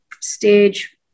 stage